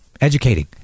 educating